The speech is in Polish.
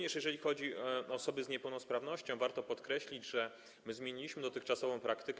Jeżeli chodzi o osoby z niepełnosprawnością, warto podkreślić, że zmieniliśmy dotychczasową praktykę.